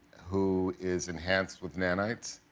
who is enhanced with nannites.